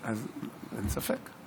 אין ספק,